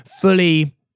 fully